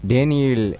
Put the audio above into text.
Daniel